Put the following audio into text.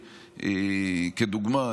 כדוגמה,